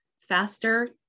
faster